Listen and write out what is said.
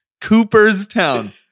Cooperstown